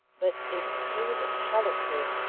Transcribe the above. but if he was at hathercleugh,